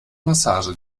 massage